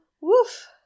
Woof